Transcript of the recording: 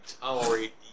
tolerate